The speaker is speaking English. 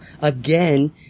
Again